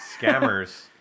scammers